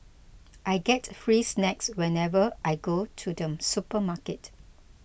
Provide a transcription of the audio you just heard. I get free snacks whenever I go to the supermarket